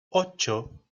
ocho